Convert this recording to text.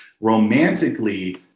Romantically